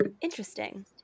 interesting